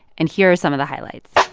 and here are some of the highlights